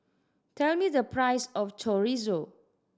tell me the price of Chorizo